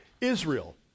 Israel